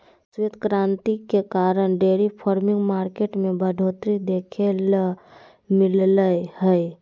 श्वेत क्रांति के कारण डेयरी फार्मिंग मार्केट में बढ़ोतरी देखे ल मिललय हय